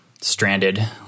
stranded